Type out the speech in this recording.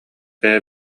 бэйэ